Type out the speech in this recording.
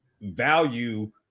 value